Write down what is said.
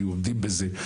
היו עומדים בזה.